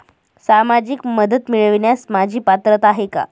सामाजिक मदत मिळवण्यास माझी पात्रता आहे का?